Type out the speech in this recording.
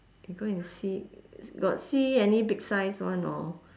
can go and see got see any big size one or